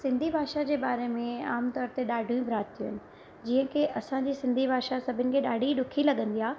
सिंधी भाषा जे बारे में आम तौर ते ॾाढी ई भ्राती उन जीअं की असांजी सिंधी भाषा सभिनि खे ॾाढी ॾुखी लॻंदी आहे